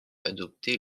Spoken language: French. adopter